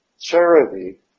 charity